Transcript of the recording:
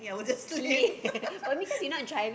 I will just sleep